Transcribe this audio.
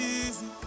easy